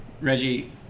Reggie